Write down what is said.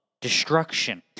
Destruction